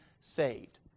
saved